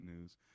news